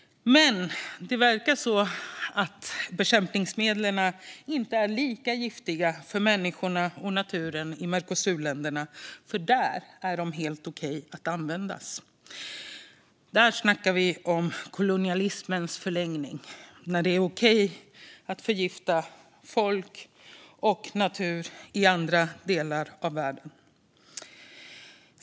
Men det verkar vara så att bekämpningsmedlen inte är lika giftiga för människorna och naturen i Mercosurländerna, för där är de helt okej att användas. Där snackar vi om kolonialismens förlängning. Det är okej att förgifta människor och natur i andra delar av världen.